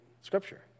scripture